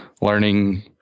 learning